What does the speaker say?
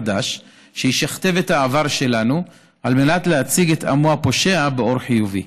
חדש שישכתב את העבר שלנו על מנת להציג את עמו הפושע באור חיובי.